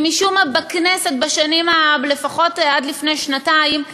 כי משום מה, בכנסת, לפחות עד לפני שנתיים,